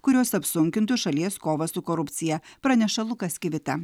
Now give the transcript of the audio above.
kurios apsunkintų šalies kovą su korupcija praneša lukas kvita